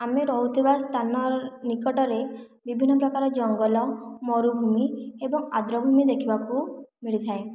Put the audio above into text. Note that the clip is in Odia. ଆମେ ରହୁଥିବା ସ୍ଥାନ ନିକଟରେ ବିଭିନ୍ନ ପ୍ରକାର ଜଙ୍ଗଲ ମରୁଭୂମି ଏବଂ ଆର୍ଦ୍ରଭୂମି ଦେଖିବାକୁ ମିଳିଥାଏ